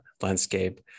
landscape